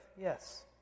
Yes